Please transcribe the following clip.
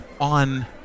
on